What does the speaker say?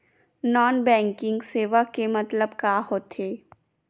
Non banking सेवा के मतलब का होथे?